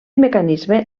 mecanisme